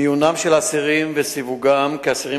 מיונם של אסירים וסיווגם כאסירים